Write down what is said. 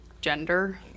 gender